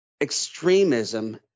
extremism